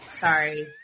Sorry